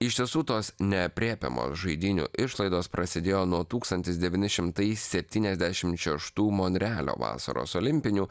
iš tiesų tos neaprėpiamos žaidynių išlaidos prasidėjo nuo tūkstantis devyni šimtai septyniasdešimt šeštų monrealio vasaros olimpinių